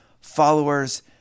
followers